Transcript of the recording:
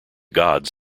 gods